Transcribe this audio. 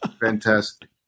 Fantastic